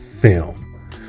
film